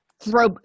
throw